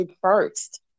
first